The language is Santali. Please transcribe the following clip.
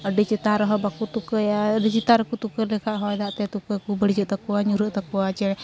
ᱟᱹᱰᱤ ᱪᱮᱛᱟᱱᱨᱮᱦᱚᱸ ᱵᱟᱠᱚ ᱛᱩᱠᱟᱹᱭᱟ ᱟᱹᱰᱤ ᱪᱮᱛᱟᱱ ᱨᱮᱠᱚ ᱛᱩᱠᱟᱹ ᱞᱮᱠᱷᱟᱡ ᱦᱚᱭᱫᱟᱜᱛᱮ ᱛᱩᱠᱟᱹᱠᱚ ᱵᱟᱹᱲᱡᱚᱜ ᱛᱟᱠᱚᱣᱟ ᱧᱩᱨᱦᱟᱹᱜ ᱛᱟᱠᱚᱣᱟ ᱪᱮ